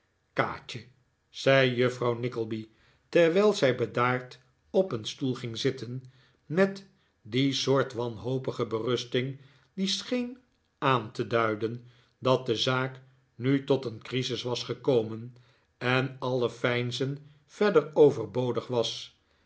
kaatje zei juffrouw nickleby terwijl zij bedaard op een stoel ging zitten met die soort wanhopige berusting die scheen aan te duiden dat de zaak nu tot een crisis was gekomen en alle veinzen verder overbodig was